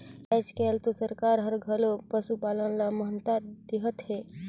आयज कायल तो सरकार हर घलो पसुपालन ल महत्ता देहत हे